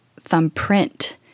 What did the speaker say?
thumbprint